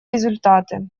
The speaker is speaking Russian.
результаты